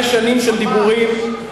אתה פשוט חי בסרט.